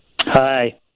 Hi